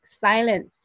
silence